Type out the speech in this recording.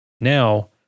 Now